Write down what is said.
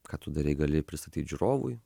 ką tu darei gali pristatyt žiūrovui